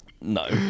No